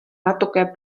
natuke